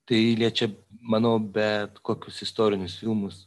tai liečia manau bet kokius istorinius filmus